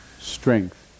strength